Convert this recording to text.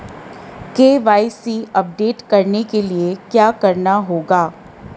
KYC update करने के लिए क्या करना होगा?